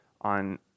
on